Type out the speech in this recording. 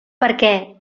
perquè